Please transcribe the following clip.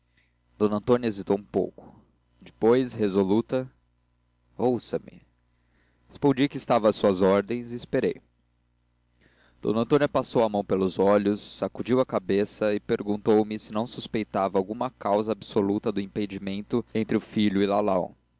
ao trabalho d antônia hesitou um pouco depois resoluta ouça-me respondi que estava às suas ordens e esperei d antônia passou a mão pelos olhos sacudiu a cabeça e perguntou-me se não suspeitava alguma causa absoluta de impedimento entre o filho e lalau